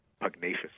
pugnacious